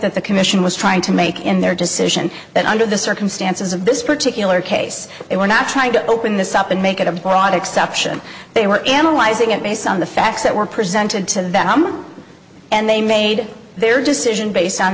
that the commission was trying to make in their decision that under the circumstances of this particular case they were not trying to open this up and make it a broad exception they were analyzing it based on the facts that were presented to them and they made their decision based on